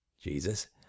Jesus